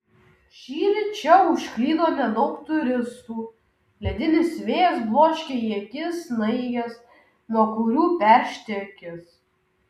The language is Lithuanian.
šįryt čia užklydo nedaug turistų ledinis vėjas bloškia į akis snaiges nuo kurių peršti akis